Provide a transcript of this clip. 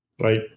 right